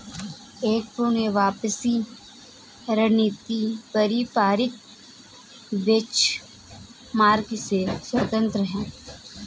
एक पूर्ण वापसी रणनीति पारंपरिक बेंचमार्क से स्वतंत्र हैं